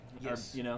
Yes